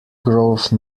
grove